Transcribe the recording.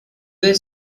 were